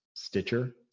Stitcher